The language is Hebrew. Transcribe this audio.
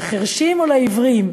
לחירשים או לעיוורים?